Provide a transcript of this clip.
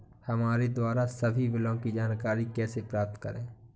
हमारे द्वारा सभी बिलों की जानकारी कैसे प्राप्त करें?